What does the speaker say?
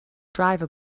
driver